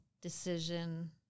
decision